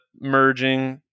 merging